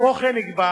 כמו כן, נקבע